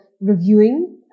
reviewing